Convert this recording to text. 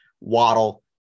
Waddle